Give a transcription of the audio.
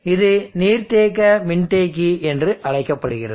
இது நீர்த்தேக்க மின்தேக்கி என்று அழைக்கப்படுகிறது